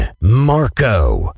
Marco